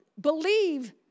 believe